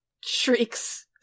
shrieks